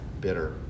bitter